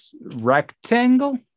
Rectangle